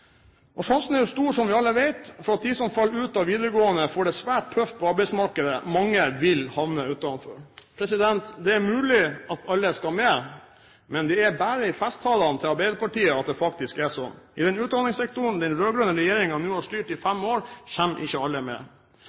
Sjansen er stor, som alle vet, for at de som faller ut av videregående, får det svært tøft i arbeidsmarkedet. Mange vil havne utenfor. Det er mulig at alle skal med, men det er bare i festtalene til Arbeiderpartiet at det faktisk er sånn. I utdanningssektoren som den rød-grønne regjeringen nå har styrt i fem år, kommer ikke alle med.